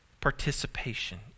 participation